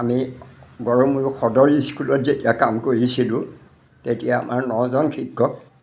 আমি গৰমূড় সদৰ স্কুলত যেতিয়া কাম কৰিছিলোঁ তেতিয়া আমাৰ নজন শিক্ষক